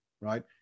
right